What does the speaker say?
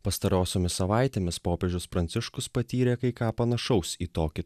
pastarosiomis savaitėmis popiežius pranciškus patyrė kai ką panašaus į tokį